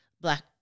black